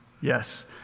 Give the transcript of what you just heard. Yes